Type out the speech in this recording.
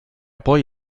poi